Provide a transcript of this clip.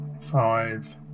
Five